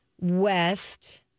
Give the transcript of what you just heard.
west